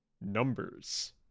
numbers